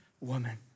woman